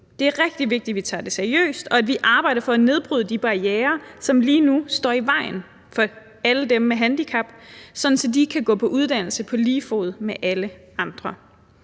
Det er rigtig vigtigt, at vi tager det seriøst, og at vi arbejder for at nedbryde de barrierer, som lige nu står i vejen for alle dem med handicap, sådan at de ikke kan tage en uddannelse på lige fod med alle andre.